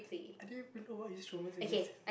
I didn't even know what instruments they gonna